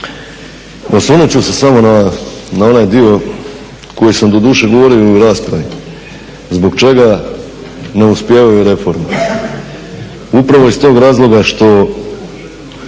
Osvrnuti ću se samo na onaj dio koji sam doduše govorio i u raspravi zbog čega ne uspijevaju reforme. Upravo iz tog razloga što